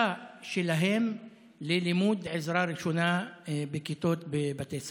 שלהם ללימוד עזרה ראשונה בכיתות בבתי ספר.